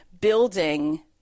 building